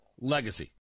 legacy